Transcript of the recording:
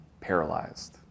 paralyzed